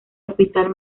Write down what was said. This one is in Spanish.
hospital